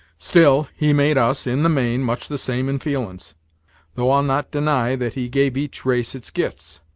still, he made us, in the main, much the same in feelin's though i'll not deny that he gave each race its gifts.